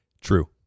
True